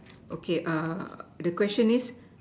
okay err the question is